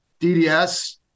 DDS